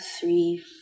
three